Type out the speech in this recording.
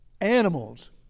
animals